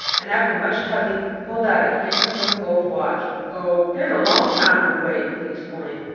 and, after much tugging, pulled out a handsome little gold watch. oh, there's a long time to wait! he exclaimed.